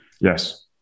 Yes